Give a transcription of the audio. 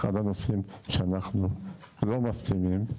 אחד הנושאים שאנחנו לא מסכימים לגביהם,